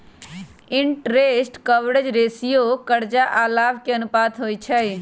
interest coverage ratio करजा आऽ लाभ के अनुपात होइ छइ